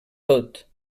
tot